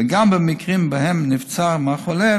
וגם במקרים שבהם נבצר מהחולה,